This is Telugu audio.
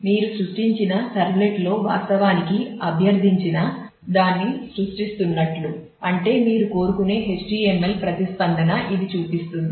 మీరు సృష్టించిన సర్వ్లెట్లో వాస్తవానికి అభ్యర్థించిన దాన్ని సృష్టిస్తున్నట్లు అంటే మీరు కోరుకునే HTML ప్రతిస్పందన ఇది చూపిస్తుంది